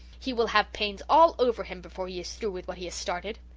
he will have pains all over him before he is through with what he has started.